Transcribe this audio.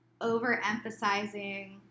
overemphasizing